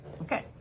okay